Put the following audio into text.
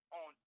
on